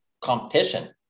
competition